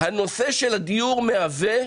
הנושא של הדיור מהווה,